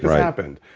this happened.